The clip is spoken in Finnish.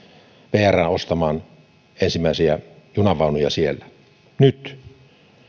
vr ostamaan ensimmäisiä junanvaunuja sieltä nyt